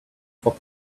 for